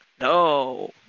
no